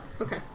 Okay